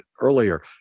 earlier